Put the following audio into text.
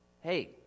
Hey